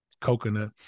coconut